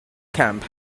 camp